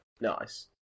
Nice